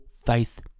Faith